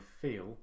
feel